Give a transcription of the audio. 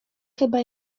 chyba